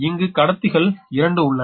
இங்கு கடத்திகள் இரண்டு உள்ளன